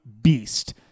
beast